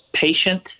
patient